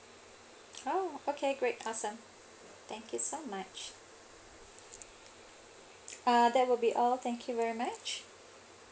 oh okay great awesome thank you so much uh that will be all thank you very much